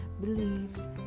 beliefs